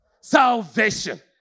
salvation